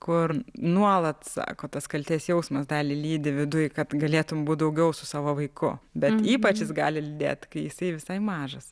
kur nuolat sako tas kaltės jausmas dalį lydi viduj kad galėtum būti daugiau su savo vaiku bet ypač jis gali lydėt kai jisai visai mažas